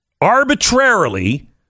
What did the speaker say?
arbitrarily